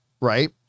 right